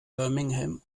birmingham